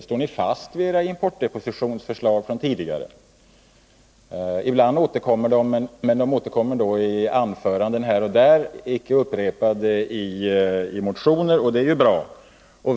Står ni fast vid era importdepositionsförslag från tidigare? Dessa förslag återkommer ibland i anföranden här och där. De upprepas icke i motioner, och det är ju bra.